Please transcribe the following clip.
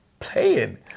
playing